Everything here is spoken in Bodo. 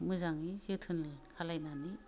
मोजाङै जोथोन खालायनानै